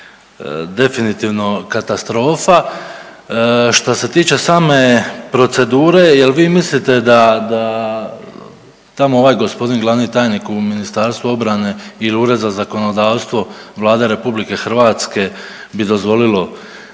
definitivno katastrofa. Što se tiče same procedure jel vi mislite da, da tamo ovaj gospodin glavni tajnik u Ministarstvu obrane ili Ured za zakonodavstvo Vlade RH bi dozvolilo